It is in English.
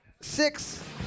six